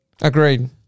Agreed